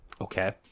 okay